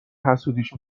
حسودیش